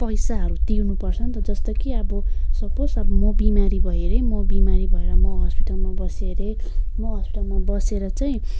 पैसाहरू तिर्नुपर्छ नि त जस्तो कि अब सपोज अब म बिमारी भएँ अरे म बिमारी भएर म हस्पिटलमा बसेँ अरे म हस्पिटलमा बसेर चाहिँ